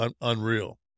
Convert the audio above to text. unreal